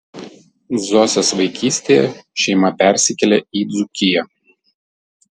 zosės vaikystėje šeima persikėlė į dzūkiją